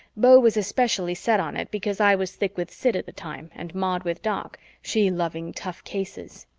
beau was especially set on it because i was thick with sid at the time and maud with doc, she loving tough cases.